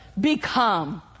Become